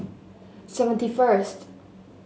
seventy first